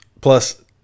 Plus